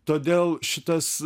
todėl šitas